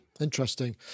Interesting